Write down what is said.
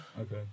Okay